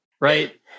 right